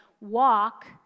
Walk